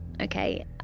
Okay